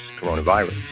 coronavirus